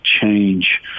change